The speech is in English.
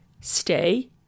Stay